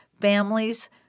families